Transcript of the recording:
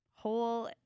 whole